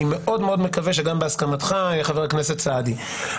אני מאוד מאוד מקווה שגם בהסכמתך חבר הכנסת סעדי.